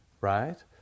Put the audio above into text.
Right